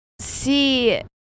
see